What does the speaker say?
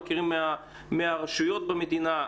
ומכירים מהרשויות במדינה.